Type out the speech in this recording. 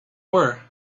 were